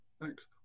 thanks